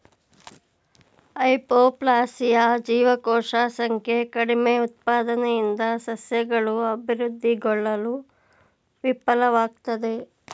hypoplasia ಜೀವಕೋಶ ಸಂಖ್ಯೆ ಕಡಿಮೆಉತ್ಪಾದನೆಯಿಂದ ಸಸ್ಯಗಳು ಅಭಿವೃದ್ಧಿಗೊಳ್ಳಲು ವಿಫಲ್ವಾಗ್ತದೆ